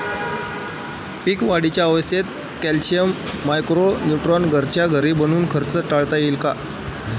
पीक वाढीच्या अवस्थेत calcium, micro neutron घरच्या घरी बनवून खर्च टाळता येईल का?